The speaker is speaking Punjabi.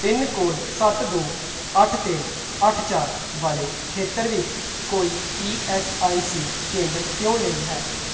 ਪਿੰਨਕੋਡ ਸੱਤ ਦੋ ਅੱਠ ਤਿੰਨ ਅੱਠ ਚਾਰ ਵਾਲੇ ਖੇਤਰ ਵਿੱਚ ਕੋਈ ਈ ਐੱਸ ਆਈ ਸੀ ਕੇਂਦਰ ਕਿਉਂ ਨਹੀਂ ਹੈ